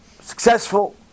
successful